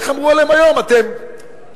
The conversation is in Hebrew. איך אמרו עליהם היום: אתם שטינקרים,